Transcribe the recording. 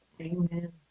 Amen